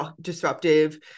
disruptive